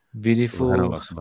beautiful